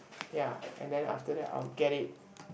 ya and then after that I will get it